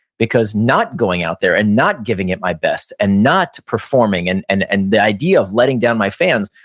because not going out there, and not giving it my best, and not performing, and and and the idea of letting down my fans,